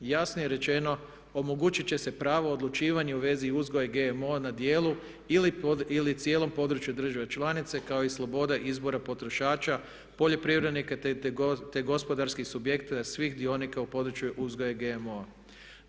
Jasno je rečeno, omogućit će se pravo odlučivanje u vezi uzgoja GMO-a na djelu ili cijelom području države članice kao i sloboda izbora potrošača, poljoprivrednika te gospodarskih subjekta, svih sudionika u području uzgoja GMO-a.